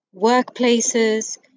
workplaces